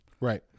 Right